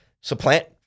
supplant